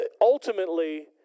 ultimately